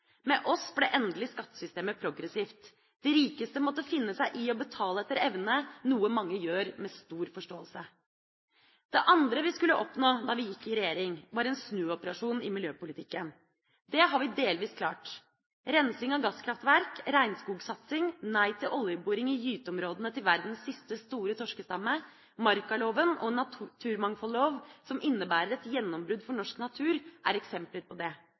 Med oss ble endelig skattesystemet progressivt. De rikeste måtte finne seg i å betale etter evne, noe mange gjør med stor forståelse. Det andre vi skulle oppnå da vi gikk inn i regjering, var en snuoperasjon i miljøpolitikken. Det har vi delvis klart. Rensing av gasskraftverk, regnskogsatsing, nei til oljeboring i gyteområdene til verdens siste store torskestamme, markaloven og en naturmangfoldlov som innebærer et gjennombrudd for norsk natur, er eksempler på det.